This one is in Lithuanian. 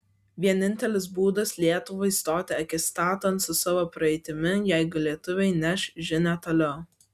vienintelis būdas lietuvai stoti akistaton su savo praeitimi jeigu lietuviai neš žinią toliau